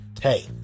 hey